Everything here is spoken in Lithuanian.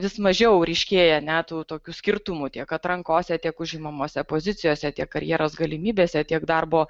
vis mažiau ryškėja ne tų tokių skirtumų tiek atrankose tiek užimamose pozicijose tiek karjeros galimybėse tiek darbo